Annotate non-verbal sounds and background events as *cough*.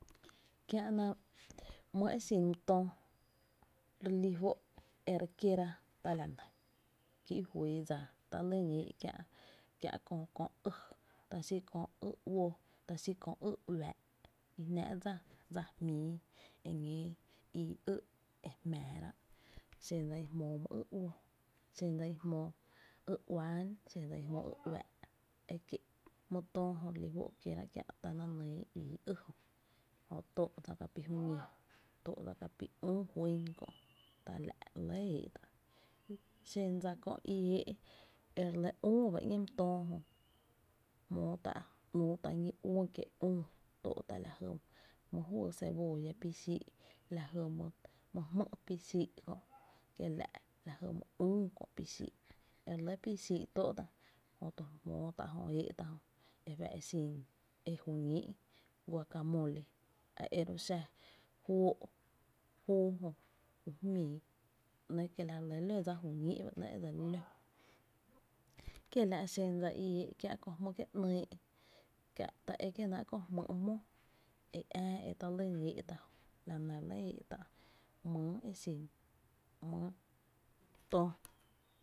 Kiä’na mý e xin mý töó re lí fó’ er e kiera ta la nɇ, kí i fyy dsa i ée’ ta la nɇ kiä’ kö *hesitation* kiä’ kö ý, ta xí kö ý uó ta xí köö ý uⱥⱥ’ kí jnáá’ dsa jmýy eñóo ii ý e jmⱥⱥ rá’ xen dsa i jmóo my ý uó, xen dsa i jmóo ý uán, xen dsa i jmóo ý uⱥⱥ’ kie’ my t¨*oó jö re li fó’ re kiéra kiä’ ta na nyy ii ý jö, jö tóo’ kapii’ jü ñí tóo’ dsa kapíi’ üü juý’ kö’ tala ‘ re lɇ eé’ tá’, xen dsa Kó i eé’ e re lɇ ÜÜ ba ‘ñee my töó jö, jmóo tá’ kiä’ wyy kiee’ üü tóo’ tá’ lajy juyy cebolla pi’ xii’, lajy my jmý’ pi’ xii’ kö’0 ekielña’ la jy my üü pixii’ e re lɇ pi xiii’ tóo’ tá’, jö to jmóo tá’ jö eé’ tá’ e fa’ e xin ju ñíi’ guacamole a ero’ xa juóo’ júu jö ju jmíi ‘nɇɇ’ kiel’ la re lɇ ló dsa jü ñíi’ ba ‘nɇɇ’ e dse li ló kiela’ xen dsa i éé’ kiä’ kö jmý’ kie’ ‘nyy’ kiä’ ta e kie’ náá’ jmý’ mó e ää e ta lyn éé’ tá’ jö, la nɇ re lɇ eé’ tá myy e xin mý töó.